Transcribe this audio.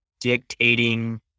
dictating